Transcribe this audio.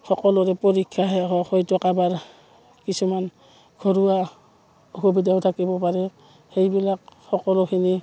সকলোৰে পৰীক্ষা শেষ হয় কিছুমান ঘৰুৱা অসুবিধাও থাকিব পাৰে সেইবিলাক সকলোখিনি